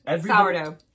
Sourdough